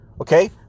okay